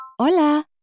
Hola